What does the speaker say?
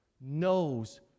knows